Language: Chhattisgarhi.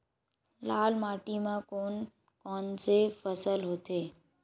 लाल माटी म कोन कौन से फसल होथे?